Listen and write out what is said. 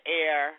air